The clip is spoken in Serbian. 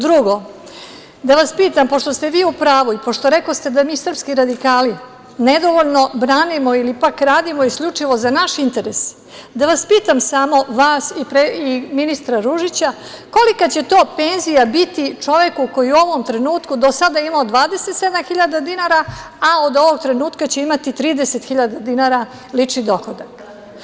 Drugo, pošto ste vi u pravu i pošto rekoste da mi, srpski radikali, nedovoljno branimo ili ipak radimo isključivo za naš interes pitam samo, da vas pitam, vas i ministra Ružića, kolika će to penzija biti čoveku koji u ovom trenutku je do sada imao 27 hiljada dinara, a od ovog trenutka će imati 30 hiljada dinara lični dohodak?